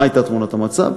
מה הייתה תמונת המצב?